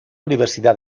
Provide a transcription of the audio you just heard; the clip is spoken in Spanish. universidad